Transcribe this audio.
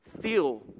feel